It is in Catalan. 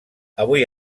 avui